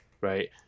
right